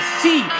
see